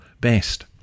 best